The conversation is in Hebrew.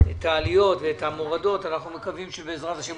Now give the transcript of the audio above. את העליות והמורדות של החימצון.